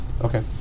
Okay